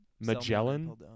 Magellan